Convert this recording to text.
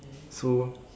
so